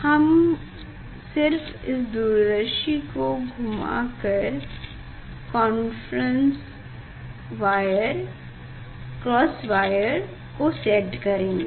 हम सिर्फ इस दूरदर्शी को घुमा कर क्रॉस वायर को सेट करेंगे